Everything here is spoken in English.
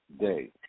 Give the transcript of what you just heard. day